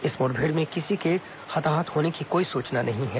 इस मुठभेड़ में किसी के हताहत होने की कोई सूचना नहीं मिली है